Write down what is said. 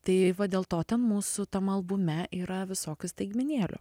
tai va dėl to ten mūsų tam albume yra visokių staigmenėlių